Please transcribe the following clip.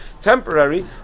temporary